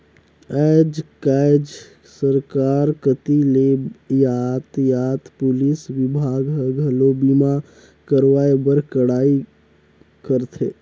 आयज कायज सरकार कति ले यातयात पुलिस विभाग हर, घलो बीमा करवाए बर कड़ाई करथे